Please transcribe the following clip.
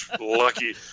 Lucky